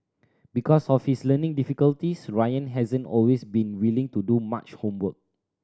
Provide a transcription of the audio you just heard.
because of his learning difficulties Ryan hasn't always been willing to do much homework